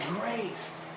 grace